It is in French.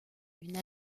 une